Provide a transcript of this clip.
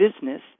Business